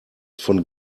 von